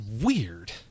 weird